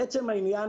לעצם העניין.